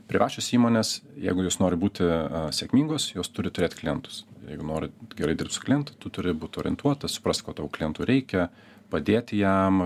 privačios įmonės jeigu jos nori būti sėkmingos jos turi turėt klientus jeigu nori gerai dirbt su klientu tu turi būt orientuotas suprast ko tavo klientui reikia padėti jam